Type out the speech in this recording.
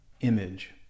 image